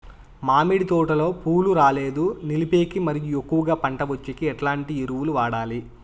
మామిడి తోటలో పూలు రాలేదు నిలిపేకి మరియు ఎక్కువగా పంట వచ్చేకి ఎట్లాంటి ఎరువులు వాడాలి?